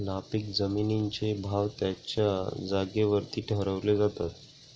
नापीक जमिनींचे भाव त्यांच्या जागेवरती ठरवले जातात